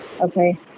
Okay